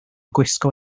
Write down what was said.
gwisgo